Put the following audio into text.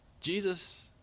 Jesus